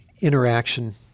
interaction